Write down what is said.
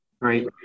Right